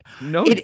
No